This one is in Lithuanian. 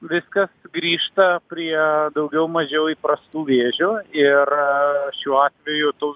viskas grįžta prie daugiau mažiau įprastų vėžių ir šiuo atveju tų